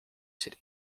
city